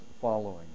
following